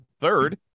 third